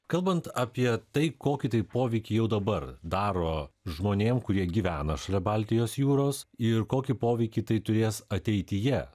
kalbant apie tai kokį tai poveikį jau dabar daro žmonėm kurie gyvena šalia baltijos jūros ir kokį poveikį tai turės ateityje